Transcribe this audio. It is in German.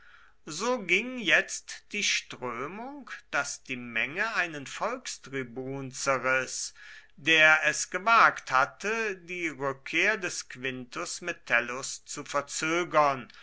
so ging jetzt die strömung daß die menge einen volkstribun zerriß der es gewagt hatte die rückkehr des quintus metellus zu verzögern